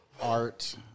art